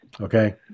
Okay